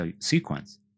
sequence